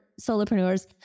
solopreneurs